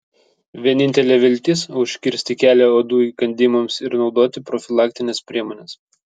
vienintelė viltis užkirsti kelią uodų įkandimams ir naudoti profilaktines priemones